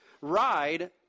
ride